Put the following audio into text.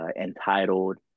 entitled